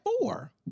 four